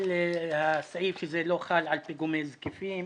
על הסעיף שזה לא חל על פיגומי זקפים.